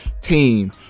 team